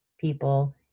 people